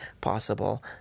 possible